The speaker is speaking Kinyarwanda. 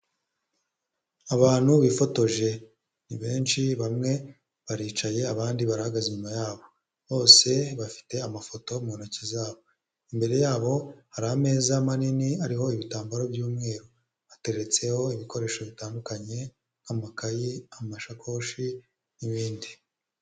Abantu bifotoje ni benshi bamwe baricaye abandi bahagaze inyuma yabo, bose bafite amafoto mu ntoki zabo, imbere yabo hari ameza manini ariho ibitambaro by'umweru bateretseho ibikoresho bitandukanye nk'amakaye, amasakoshi n'ibindi.